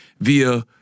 via